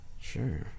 Sure